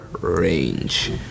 range